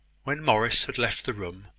when morris had left the room,